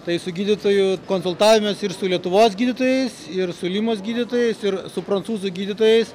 tai su gydytoju konsultavėmės ir su lietuvos gydytojais ir su limos gydytojais ir su prancūzų gydytojais